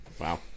Wow